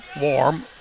warm